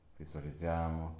visualizziamo